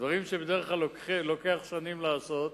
דברים שבדרך כלל לוקח שנים לעשות,